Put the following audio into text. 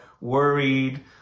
worried